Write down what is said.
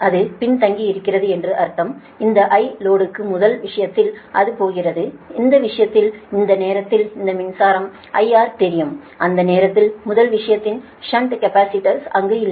8 அது பின் தங்கியிருக்கிறது என்று அர்த்தம் இந்த I லோடுக்கு முதல் விஷயத்தில் அது போகிறது அந்த நேரத்தில் இந்த மின்சாரம் IR தெரியும் அந்த நேரத்தில் முதல் விஷயத்தில் ஷன்ட் கேபஸிடர்ஸ் அங்கு இல்லை